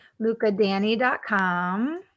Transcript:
lucadanny.com